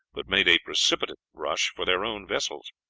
but made a precipitate rush for their own vessels.